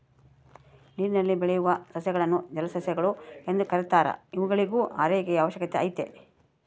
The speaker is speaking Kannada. ನೀರಿನಲ್ಲಿ ಬೆಳೆಯುವ ಸಸ್ಯಗಳನ್ನು ಜಲಸಸ್ಯಗಳು ಎಂದು ಕೆರೀತಾರ ಇವುಗಳಿಗೂ ಆರೈಕೆಯ ಅವಶ್ಯಕತೆ ಐತೆ